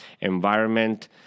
environment